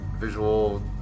visual